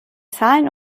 zahl